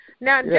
Now